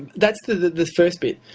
that's the first bit.